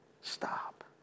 Stop